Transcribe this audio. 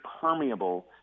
permeable